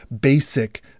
basic